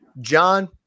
John